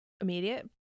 immediate